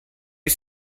you